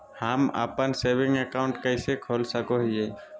हम अप्पन saving account कइसे खोल सको हियै?